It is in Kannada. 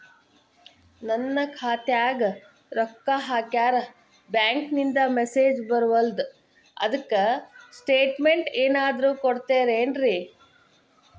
ನನ್ ಖಾತ್ಯಾಗ ರೊಕ್ಕಾ ಹಾಕ್ಯಾರ ಬ್ಯಾಂಕಿಂದ ಮೆಸೇಜ್ ಬರವಲ್ದು ಅದ್ಕ ಸ್ಟೇಟ್ಮೆಂಟ್ ಏನಾದ್ರು ಕೊಡ್ತೇರೆನ್ರಿ?